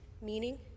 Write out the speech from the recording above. meaning